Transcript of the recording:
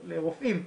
לרופאים,